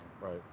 Right